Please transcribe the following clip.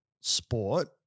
sport